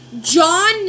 John